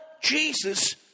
Jesus